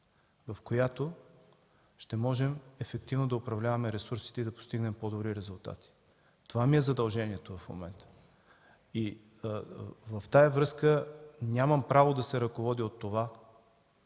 в която ще можем ефективно да управляваме ресурсите и да постигнем по-добри резултати. Това ми е задължението в момента и в тази връзка нямам право да се ръководя от това,